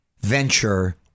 Venture